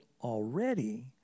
already